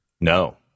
No